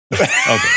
Okay